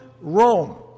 Rome